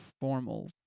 formal